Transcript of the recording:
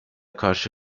karşı